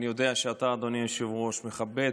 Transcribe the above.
אני יודע שאתה, אדוני היושב-ראש, מכבד,